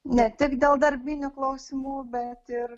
ne tik dėl darbinių klausimų bet ir